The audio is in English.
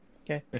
Okay